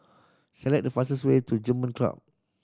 select the fastest way to German Club